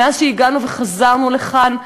מאז הגענו וחזרנו לכאן,